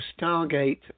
Stargate